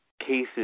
cases